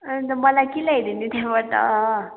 ए अन्त मलाई के ल्याइदियौ नि त्यहाँबाट